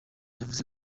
yavuze